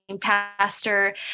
pastor